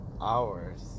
hours